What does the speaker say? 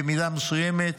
במידה מסוימת,